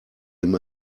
him